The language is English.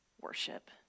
worship